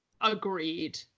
Agreed